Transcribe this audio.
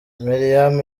meriam